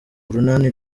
urunani